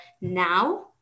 now